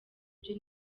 byo